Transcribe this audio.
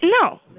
No